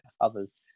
others